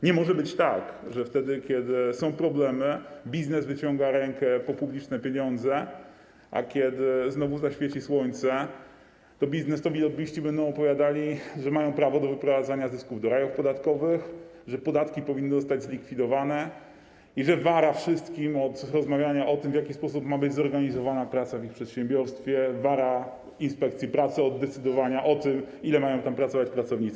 Nie może być tak, że wtedy kiedy są problemy, biznes wyciąga rękę po publiczne pieniądze, a kiedy znowu zaświeci słońce, to biznesowi lobbyści będą opowiadali, że mają prawo do wyprowadzania zysków do rajów podatkowych, że podatki powinny zostać zlikwidowane i że wara wszystkim od rozmawiania o tym, w jaki sposób ma być zorganizowana praca w ich przedsiębiorstwie, wara inspekcji pracy od decydowania o tym, ile mają tam pracować pracownicy.